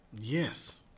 Yes